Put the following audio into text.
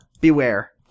Beware